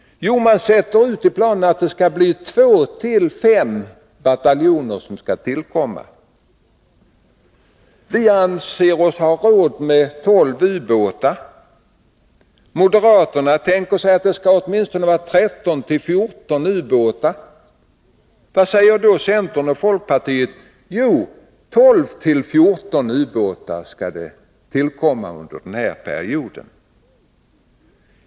Jo, i planen anger man 2-5 sådana bataljoner. Vi anser oss ha råd med 12 ubåtar. Moderaterna tänker sig 13-14. Vad säger då centern och folkpartiet? Jo, att 12-14 ubåtar skall tillkomma under perioden.